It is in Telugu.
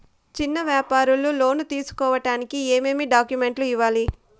చిన్న వ్యాపారులు లోను తీసుకోడానికి ఏమేమి డాక్యుమెంట్లు ఇవ్వాలి?